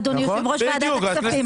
אדוני יושב-ראש ועדת הכספים,